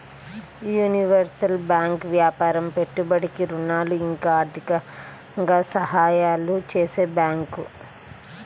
universal bank వ్యాపారం పెట్టుబడికి ఋణాలు ఇంకా ఆర్థికంగా సహాయాలు చేసే బ్యాంకు